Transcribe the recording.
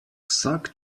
vsak